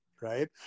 Right